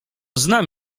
znam